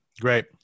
Great